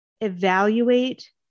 evaluate